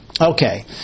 Okay